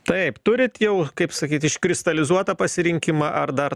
taip turit jau kaip sakyt iškristalizuotą pasirinkimą ar dar